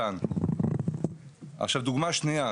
דוגמה שנייה.